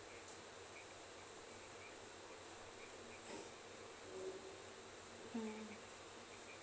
mm